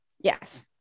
Yes